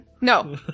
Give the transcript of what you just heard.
No